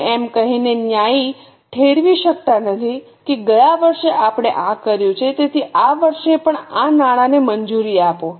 તમે એમ કહીને ન્યાયી ઠેરવી શકતા નથી કે ગયા વર્ષે આપણે આ કર્યું છે તેથી આ વર્ષે પણ આ નાણાંને મંજૂરી આપો